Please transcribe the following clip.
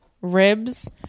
ribs